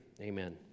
amen